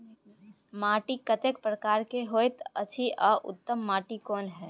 माटी कतेक प्रकार के होयत अछि आ उत्तम माटी कोन?